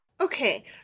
Okay